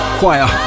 Choir